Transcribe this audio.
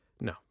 No